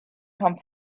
come